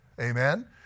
Amen